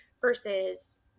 versus